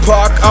Park